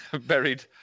Buried